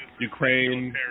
Ukraine